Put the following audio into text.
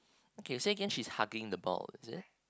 okay say again she's hugging the ball is it